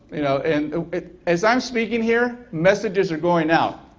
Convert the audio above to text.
you know and as i'm speaking here, messages are going out,